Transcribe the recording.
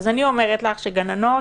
גננות,